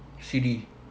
C_D